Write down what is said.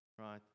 Right